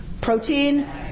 protein